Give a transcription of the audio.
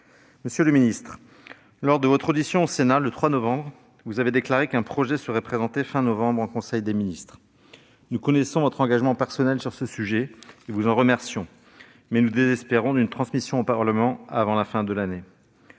Monsieur le ministre, lors de votre audition au Sénat, le 3 novembre dernier, vous aviez déclaré qu'un projet de loi serait présenté à la fin du mois de novembre en conseil des ministres. Nous connaissons votre engagement personnel sur ce sujet et nous vous en remercions, mais nous désespérons d'une transmission de ce texte au Parlement avant la fin de l'année.